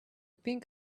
pink